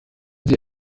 sie